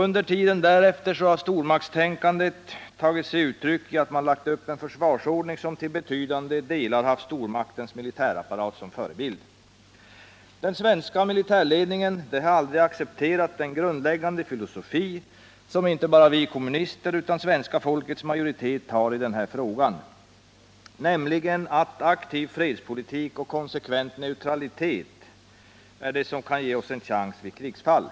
Under tiden därefter har stormaktstänkandet tagit sig uttryck i att man skapat en försvarsordning som till betydande delar haft stormakternas milltärapparat som förebild. Den svenska militärledningen har aldrig accepterat den grundläggande filosofi som inte bara vi kommunister utan svenska folkets majoritet har i den här frågan, nämligen att aktiv fredspolitik och konsekvent neutralitet är det som kan ge oss en chans om det blir ett krig.